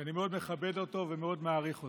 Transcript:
ואני מאוד מכבד אותו ומאוד מעריך אותו.